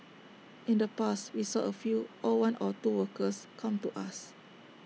in the past we saw A few or one or two workers come to us